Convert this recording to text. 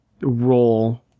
role